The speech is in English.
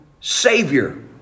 Savior